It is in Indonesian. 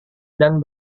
dan